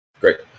Great